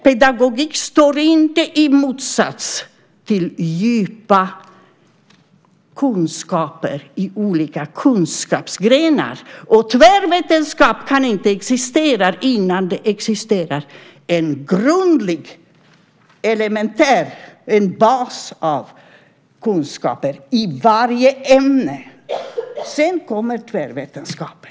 Pedagogik står inte i motsats till djupa kunskaper i olika kunskapsgrenar. Tvärvetenskap kan inte existera innan det existerar en grundlig elementär bas av kunskaper i varje ämne. Sedan kommer tvärvetenskapen.